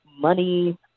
money